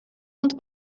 und